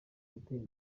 gutera